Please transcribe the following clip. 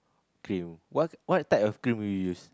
okay what what type will you use